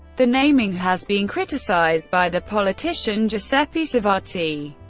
the naming has been criticized by the politician giuseppe civati.